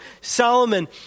Solomon